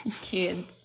kids